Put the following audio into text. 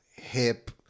hip